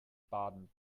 baden